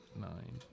nine